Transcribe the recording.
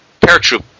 paratroop